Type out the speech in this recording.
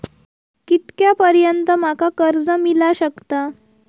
कितक्या पर्यंत माका कर्ज मिला शकता?